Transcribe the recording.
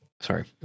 Sorry